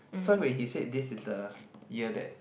so when he say this is the year that